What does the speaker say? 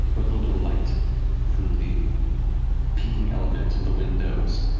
what little bit of light from the peeking element of the windows,